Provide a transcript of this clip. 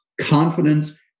confidence